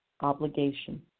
obligation